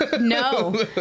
No